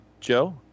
Joe